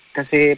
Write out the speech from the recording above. Kasi